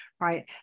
right